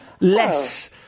less